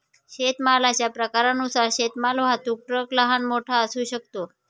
शेतमालाच्या प्रकारानुसार शेतमाल वाहतूक ट्रक लहान, मोठा असू शकतो